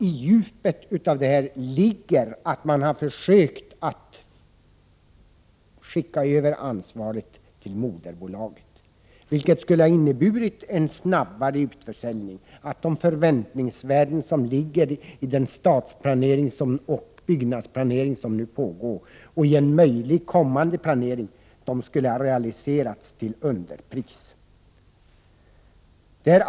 I djupet ligger att man har försökt att skicka över ansvaret till moderbolaget, vilket skulle ha inneburit en snabbare utförsäljning och att de förväntningsvärden som ligger i den stadsplanering och byggnadsplanering som pågår samt den eventuellt kommande planeringen skulle ha realiserats till underpris.